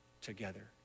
together